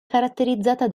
caratterizzata